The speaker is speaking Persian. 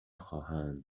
خواهند